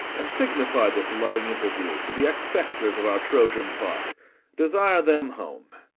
and signify this loving interview to the expecters of our troyan part desire them home.